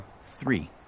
Three